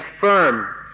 firm